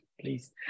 Please